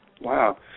Wow